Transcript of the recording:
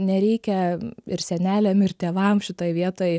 nereikia ir seneliam ir tėvam šitoj vietoj